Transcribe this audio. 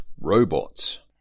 robots